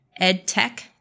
edtech